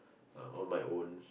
on my own